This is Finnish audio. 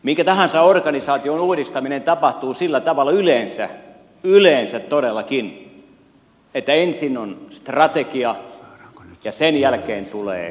minkä tahansa organisaation uudistaminen tapahtuu sillä tavalla yleensä yleensä todellakin että ensin on strategia ja sen jälkeen tulee rakenne